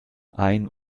ein